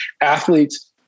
athletes